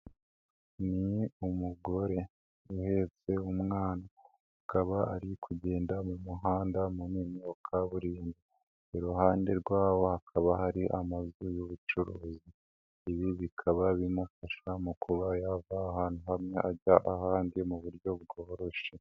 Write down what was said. Ni umugore umweheretse umwana, akaba ari kugenda mu muhanda mu wa kaburimbo, iruhande rwawa hakaba hari amazu y'ubucuruzi, ibi bikaba bimufasha kuba yava ahantu hamwe ajya ahandi mu buryo bworoshye.